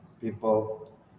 people